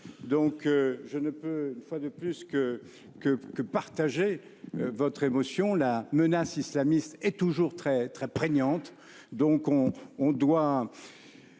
Je ne peux une fois de plus que partager votre émotion. La menace islamiste est toujours très prégnante. Aucun recul